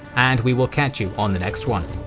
and we will catch you on the next one.